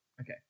Okay